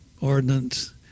ordinance